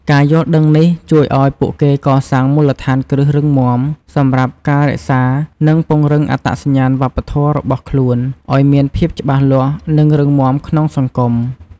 ការយល់ដឹងនេះជួយឱ្យពួកគេកសាងមូលដ្ឋានគ្រឹះរឹងមាំ សម្រាប់ការរក្សា និងពង្រឹងអត្តសញ្ញាណវប្បធម៌របស់ខ្លួនឲ្យមានភាពច្បាស់លាស់ និងរឹងមាំក្នុងសង្គម។